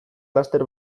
laster